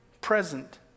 present